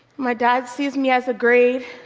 my dad sees me as a grade,